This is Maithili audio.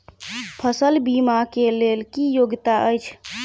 फसल बीमा केँ लेल की योग्यता अछि?